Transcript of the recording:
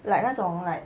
like 那种 like